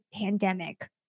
pandemic